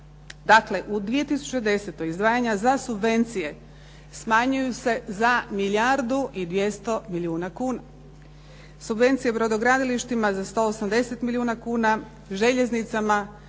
Dakle, u 2010. izdvajanja za subvencije smanjuju se za milijardu i 200 milijuna kuna. Subvencije brodogradilištima za 180 milijuna kuna, željeznicama